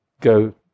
go